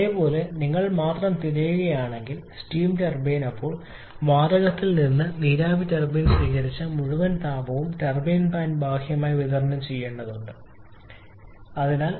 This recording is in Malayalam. അതുപോലെ നിങ്ങൾ മാത്രം തിരയുകയാണെങ്കിൽ സ്റ്റീം ടർബൈൻ അപ്പോൾ വാതകത്തിൽ നിന്ന് നീരാവി ടർബൈൻ സ്വീകരിച്ച മുഴുവൻ താപവും ടർബൈൻ പ്ലാന്റ് ബാഹ്യമായി വിതരണം ചെയ്യേണ്ടതുണ്ട് എന്നിട്ടും നിങ്ങൾക്ക് 40 ഓളം കാര്യക്ഷമത ലഭിക്കുന്നു മാത്രം